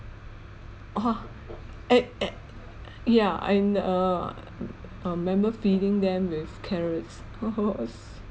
oh eh eh yeah and err um remember feeding them with carrots